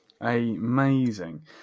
Amazing